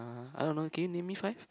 I don't know can you name me five